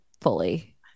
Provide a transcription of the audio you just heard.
fully